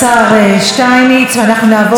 זה היה מאוד לא מאפיין,